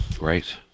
Right